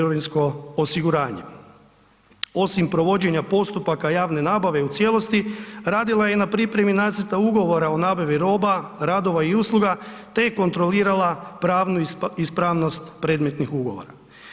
Osim provođenja postupaka javne nabave u cijelosti, radila je i na pripremi nacrta ugovora o nabavi roba, radova i usluga te je kontrolirala pravnu ispravnost predmetnih ugovora.